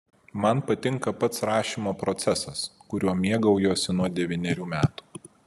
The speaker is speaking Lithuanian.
man patinka pats rašymo procesas kuriuo mėgaujuosi nuo devynerių metų